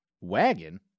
wagon